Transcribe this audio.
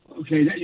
Okay